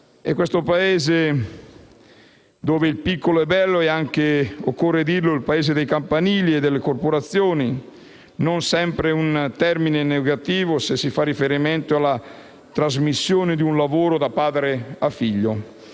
ed è il Paese dove il piccolo è bello; è anche - occorre dirlo - il Paese dei campanili e delle corporazioni, che non è sempre un termine negativo se si fa riferimento alla trasmissione di un lavoro dal padre al figlio.